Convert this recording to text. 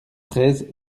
treize